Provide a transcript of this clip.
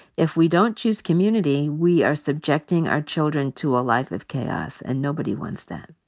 if we don't choose community, we are subjecting our children to a life of chaos and nobody wants that.